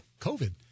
COVID